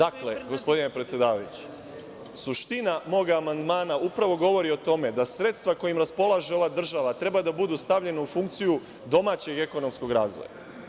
Dakle, gospodine predsedavajući, suština mog amandmana upravo govori o tome da sredstva kojim raspolaže ova država treba da budu stavljena u funkciju domaćeg ekonomskog razvoja.